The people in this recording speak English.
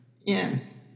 yes